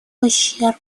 ущерб